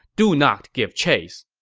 do not give chase.